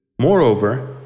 Moreover